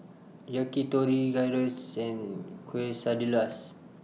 Yakitori Gyros and Quesadillas